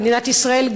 במדינת ישראל,